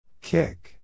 Kick